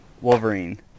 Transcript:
Wolverine